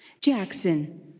Jackson